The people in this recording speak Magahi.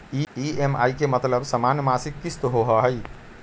ई.एम.आई के मतलब समान मासिक किस्त होहई?